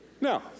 Now